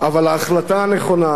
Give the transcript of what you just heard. אבל ההחלטה הנכונה,